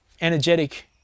energetic